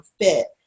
fit